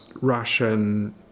Russian